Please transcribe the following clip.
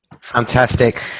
Fantastic